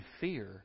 fear